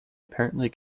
apparently